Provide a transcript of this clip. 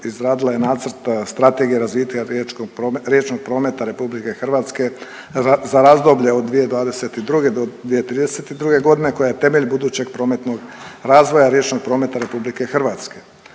izradila je Nacrt Strategije razvitka riječnog prometa RH za razdoblje od 2022. do 2032. koja je temelj budućeg prometnog razvoja riječnog prometa RH.